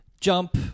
jump